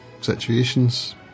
situations